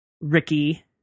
ricky